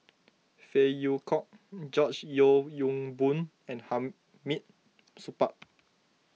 Phey Yew Kok George Yeo Yong Boon and Hamid Supaat